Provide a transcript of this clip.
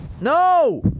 No